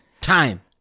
Time